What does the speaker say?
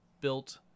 built